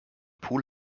pool